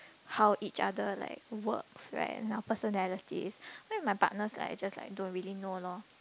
how each other like works right and our personalities me and my partners like just like don't really know loh